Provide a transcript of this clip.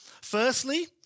Firstly